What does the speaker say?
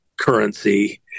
currency